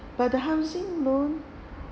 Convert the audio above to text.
but the housing loan